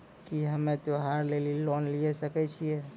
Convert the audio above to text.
की हम्मय त्योहार लेली लोन लिये सकय छियै?